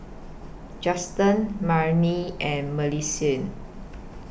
Justen Marnie and Millicent